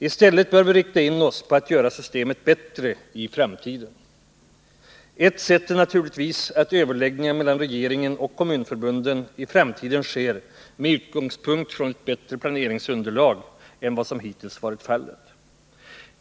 I stället bör vi rikta in oss på att göra systemet bättre i framtiden. Ett sätt är naturligtvis att överläggningarna mellan regeringen och kommunförbunden i framtiden sker med utgångspunkt i ett bättre planeringsunderlag än vad som hittills har varit fallet.